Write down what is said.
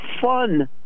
fun